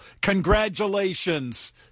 Congratulations